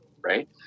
right